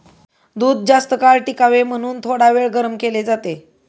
दूध जास्तकाळ टिकावे म्हणून थोडावेळ गरम केले जाते